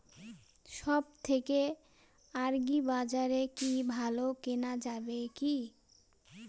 সব থেকে আগ্রিবাজারে কি ভালো কেনা যাবে কি?